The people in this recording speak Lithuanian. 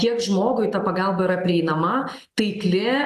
kiek žmogui ta pagalba yra prieinama taikli